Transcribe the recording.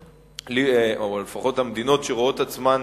או לפחות המדינות שרואות את עצמן